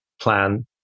plan